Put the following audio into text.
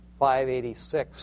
586